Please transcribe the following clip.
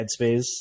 headspace